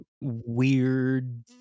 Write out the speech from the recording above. weird